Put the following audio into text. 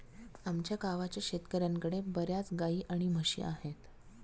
आमच्या गावाच्या शेतकऱ्यांकडे बर्याच गाई आणि म्हशी आहेत